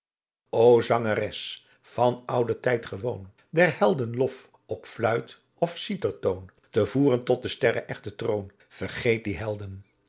zangeres van ouden tijd gewoon der helden lof op fluit of citertoon te voeren tot den sterrehchten troon vergeet die helden